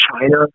China